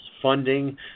funding